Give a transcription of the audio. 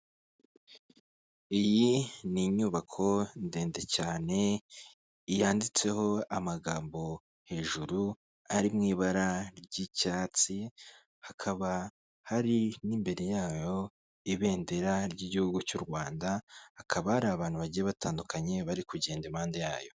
Iyi ni inyubako ndende cyane yanditseho amagambo hejuru ari mu ibara ry'icyatsi hakaba hari n'imbere yayo ibendera ry'igihugu cy'u Rwanda hakaba hari abantu bagiye batandukanye bari kugenda impande yayo.